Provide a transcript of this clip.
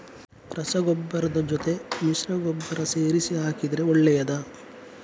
ರಸಗೊಬ್ಬರದ ಜೊತೆ ಮಿಶ್ರ ಗೊಬ್ಬರ ಸೇರಿಸಿ ಹಾಕಿದರೆ ಒಳ್ಳೆಯದಾ?